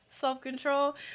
self-control